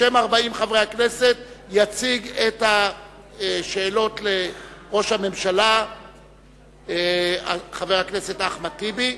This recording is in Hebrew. בשם 40 חברי הכנסת יציג את השאלות לראש הממשלה חבר הכנסת אחמד טיבי.